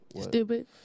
stupid